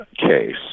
case